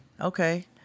okay